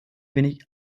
wenig